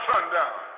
Sundown